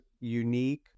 unique